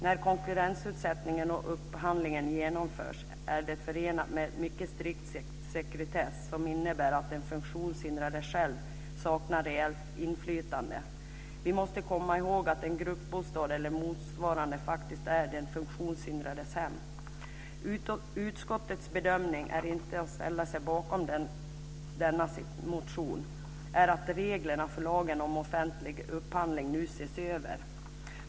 När konkurrensutsättningen och upphandlingen genomförs är det förenat med en mycket strikt sekretess som innebär att den funktionshindrade själv saknar reellt inflytande. Vi måste komma ihåg att en gruppbostad eller motsvarande faktiskt är den funktionshindrades hem. Utskottets bedömning att inte ställa sig bakom denna motion är att reglerna för lagen om offentlig upphandling nu ses över.